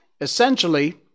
Essentially